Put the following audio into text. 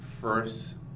first